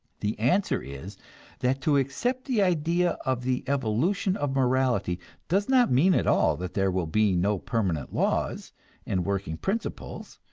the answer is that to accept the idea of the evolution of morality does not mean at all that there will be no permanent laws and working principles.